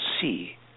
see